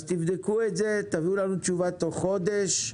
תבדקו את זה, תביאו תשובה תוך חודש.